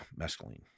mescaline